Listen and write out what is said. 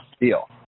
deal